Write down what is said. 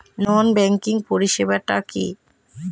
নন banking পরিষেবা টা কি?